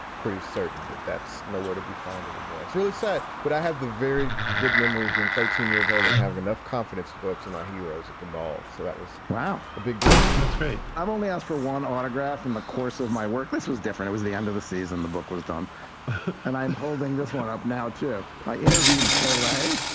pretty certain that that's nowhere to be found anymore. it's really sad, but i had a very good memory of being thirteen years old and having enough confidence to go up to my heroes at the ball. so that was wow. a big deal. that's great i only asked for one autograph in the course of my work. this was different was the end of the season. the book was done and i'm holding this one up now, too. i interviewed pele.